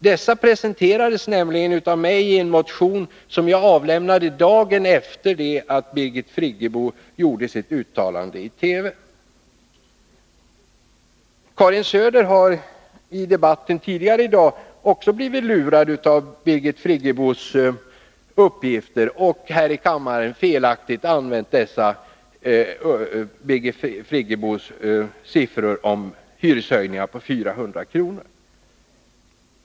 Dessa presenterades nämligen i en motion som jag avlämnade dagen efter det att Birgit Friggebo gjorde sitt uttalande i TV. Karin Söder har också blivit lurad av Birgit Friggebos uppgifter och här i kammaren tidigare i dag felaktigt talat om hyreshöjningar på 400 kr.